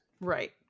Right